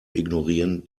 ignorieren